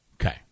Okay